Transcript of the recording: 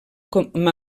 com